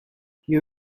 you